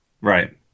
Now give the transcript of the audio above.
Right